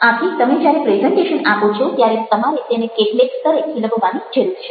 આથી તમે જ્યારે પ્રેઝન્ટેશન આપો છો ત્યારે તમારે તેને કેટલીક સ્તરે ખીલવવાની જરૂર છે